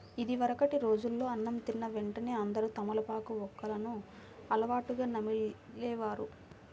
ఇదివరకటి రోజుల్లో అన్నం తిన్న వెంటనే అందరూ తమలపాకు, వక్కలను అలవాటుగా నమిలే వారు